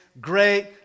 Great